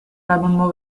l’amendement